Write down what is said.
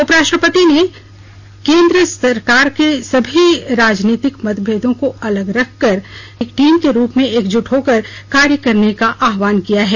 उपराष्ट्रपति ने कि केंद्र सरकार ने सभी से राजनीतिक मतभेदों को अलग रखकर एक टीम के रूप में एकजुट होकर कार्य करने का आहवान किया है